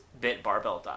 bitbarbell.com